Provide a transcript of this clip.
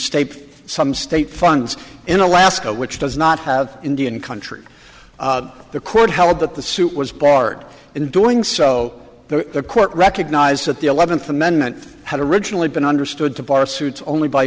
state some state funds in alaska which does not have indian country the court held that the suit was barred in doing so the court recognized that the eleventh amendment had originally been understood to bar suits only by